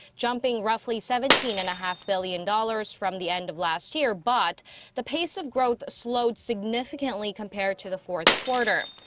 jumping roughly seventeen and a half billion dollars from the end of last year, but the pace of growth slowed significantly compared to the fourth quarter.